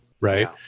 Right